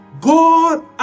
God